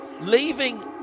leaving